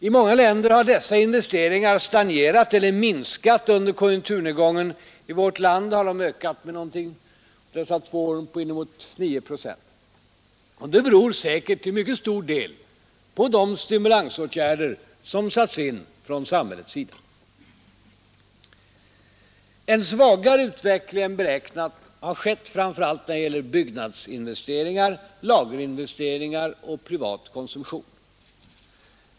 I många länder har dessa investeringar stagnerat eller minskat under konjunkturnedgången. I vårt land har de under dessa två år ökat med inemot 9 procent. Det beror säkert till mycket stor del på de stimulansåtgärder som satts in från samhällets sida. En svagare utveckling än beräknat har skett framför allt när det gäller byggnadsinvesteringar, lagerinvesteringar och privat konsumtion.